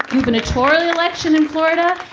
ruben attali election in florida.